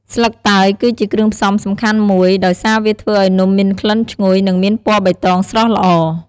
ស្លឹកតើយគឺជាគ្រឿងផ្សំសំខាន់មួយ ដោយសារវាធ្វើឱ្យនំមានក្លិនឈ្ងុយ និងមានពណ៌បៃតងស្រស់ល្អ។